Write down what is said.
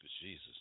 Jesus